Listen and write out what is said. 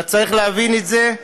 וצריך להבין את זה.